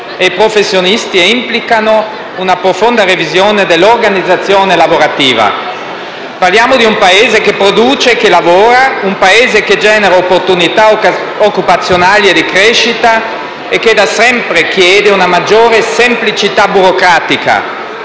e professionisti e implicano una profonda revisione dell'organizzazione lavorativa. Parliamo di un Paese che produce e che lavora, un Paese che genera opportunità occupazionali e di crescita e che da sempre chiede una maggiore semplicità burocratica.